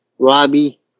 Robbie